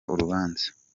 urubanza